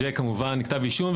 זה כמובן כתב אישום,